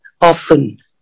often